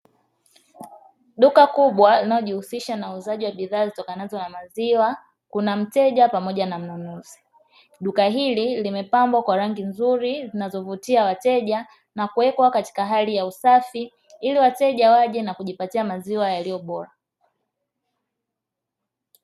Duka kubwa linalojihusisha na uuzaji wa bidhaa zitokanazo na maziwa, kuna mteja pamoja na mnunuzi. Duka hili limepambwa kwa rangi nzuri zinazovutia wateja na kuwekwa katika hali ya usafi ili wateja waje na kujipatia maziwa yaliyo bora.